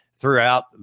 throughout